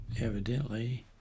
evidently